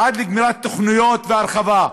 עד לגמירת תוכניות והרחבה,